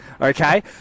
okay